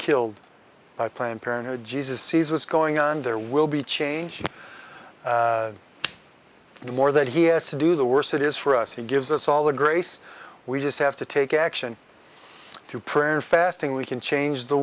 killed by planned parenthood jesus sees what's going on there will be change the more that he has to do the worse it is for us he gives us all the grace we just have to take action to prayer and fasting we can change the